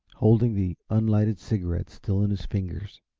holding the unlighted cigarette still in his fingers.